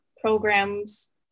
programs